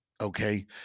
Okay